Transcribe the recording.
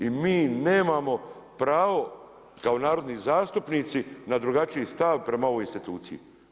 I mi nemamo pravo kao narodni zastupnici na drugačiji stav prema ovoj instituciji.